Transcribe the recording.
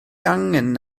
angen